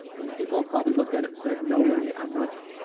and people have probably looked at it and said, no way i'm running.